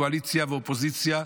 קואליציה ואופוזיציה,